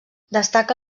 destaca